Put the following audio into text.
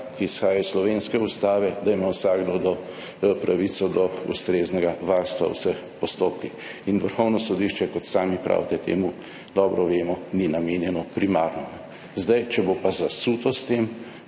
ki izhaja iz slovenske ustave, da ima vsakdo pravico do ustreznega varstva v vseh postopkih. Vrhovno sodišče, kot sami pravite, temu, dobro vemo, ni namenjeno primarno. Če bo pa zasuto s tem,